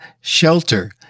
shelter